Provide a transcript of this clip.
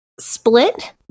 split